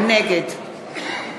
נגד